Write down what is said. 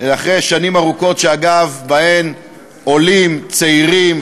אחרי שנים ארוכות שבהן עולים צעירים,